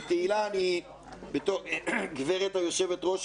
וגברתי היושבת-ראש,